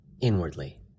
inwardly